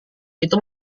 itu